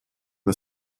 the